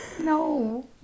no